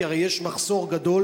כי הרי יש מחסור גדול,